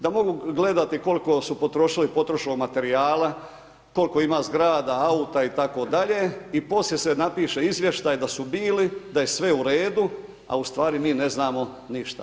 Da mogu gledati koliko su potrošili potrošnog materijala, koliko ima zgrada, auta itd., i poslije se napiše izvještaj da su bili, da je sve uredu a ustvari mi ne znamo ništa.